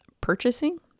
purchasing